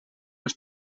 els